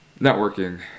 Networking